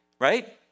right